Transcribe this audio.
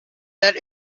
that